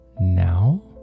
Now